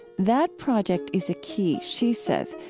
that project is a key, she says,